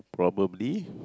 probably